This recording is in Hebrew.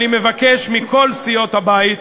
אני מבקש מכל סיעות הבית,